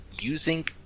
using